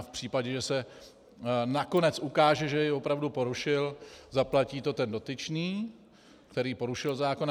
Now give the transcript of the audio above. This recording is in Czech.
A v případě, že se nakonec ukáže, že jej opravdu porušil, zaplatí to ten dotyčný, který porušil zákon.